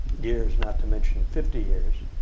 years, not to mention fifty years,